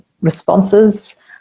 responses